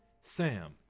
Sam